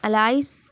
alice